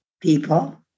people